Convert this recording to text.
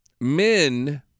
Men